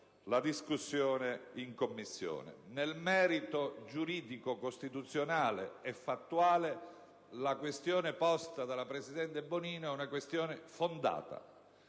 la discussione in Commissione. Nel merito giuridico, costituzionale e fattuale, la questione posta dalla presidente Bonino è fondata,